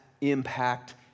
impact